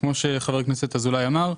כמו שחבר הכנסת אזולאי אמר,